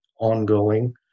ongoing